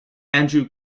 andrew